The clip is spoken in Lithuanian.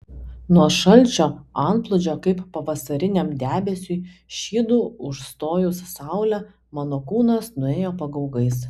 nuo šalčio antplūdžio kaip pavasariniam debesiui šydu užstojus saulę mano kūnas nuėjo pagaugais